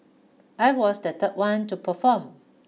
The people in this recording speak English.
I was the third one to perform